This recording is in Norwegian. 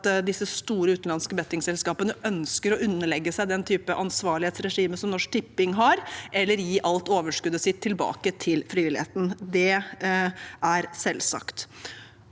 disse store, utenlandske bettingselskapene ønsker å underlegge seg den type ansvarlighetsregime som Norsk Tipping har, eller gi alt overskuddet sitt tilbake til frivilligheten. Det er selvsagt.